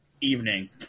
evening